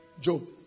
Job